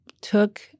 took